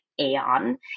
Aeon